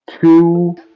two